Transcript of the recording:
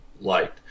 light